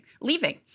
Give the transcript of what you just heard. leaving